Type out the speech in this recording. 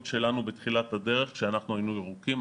שלנו בתחילת הדרך כשאנחנו היינו ירוקים,